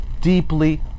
deeply